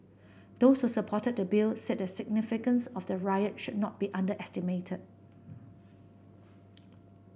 those who supported the Bill said the significance of the riot should not be underestimated